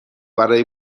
برای